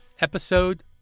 episode